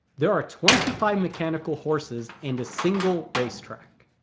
there are twenty five mechanical horses and a single race track